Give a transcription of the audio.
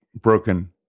broken